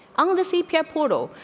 on the cpr portal.